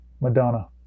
Madonna